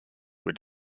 were